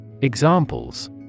Examples